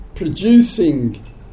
Producing